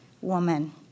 woman